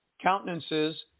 countenances